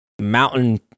mountain